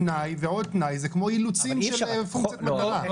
תנאי ועוד תנאי זה כמו אילוצים של פונקציית מטרה.